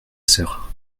sœur